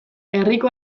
herriko